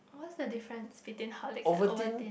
always the difference between Horlicks and Ovaltine